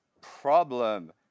problem